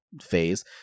phase